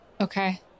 Okay